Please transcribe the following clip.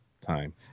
time